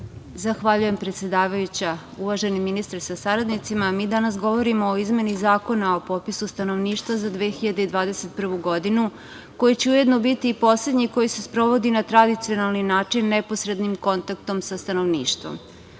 Zahvaljujem, predsedavajuća. Uvaženi ministre sa saradnicima, mi danas govorimo o izmeni Zakona o popisu stanovništva za 2021. godinu, koji će ujedno biti i poslednji koji se sprovodi na tradicionalan način, neposrednim kontaktom sa stanovništvom. Ono